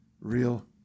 real